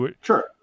Sure